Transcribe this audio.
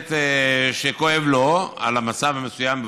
כנסת שכואב לו המצב המסוים,